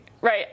right